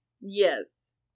Yes